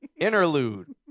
Interlude